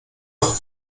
noch